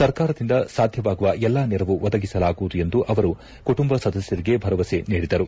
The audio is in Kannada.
ಸರ್ಕಾರದಿಂದ ಸಾಧ್ಯವಾಗುವ ಎಲ್ಲಾ ನೆರವು ಒದಗಿಸಲಾಗುವುದು ಎಂದು ಅವರು ಕುಟುಂಬ ಸದಸ್ತರಿಗೆ ಭರವಸೆ ನೀಡಿದರು